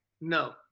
No